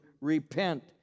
repent